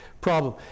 problem